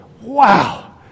wow